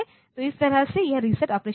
तो इस तरह यह रीसेट ऑपरेशन होगा